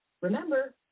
Remember